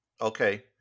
Okay